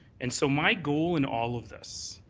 and so my goal in all of this,